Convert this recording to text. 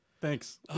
thanks